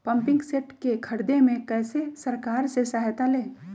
Pumping set के ख़रीदे मे कैसे सरकार से सहायता ले?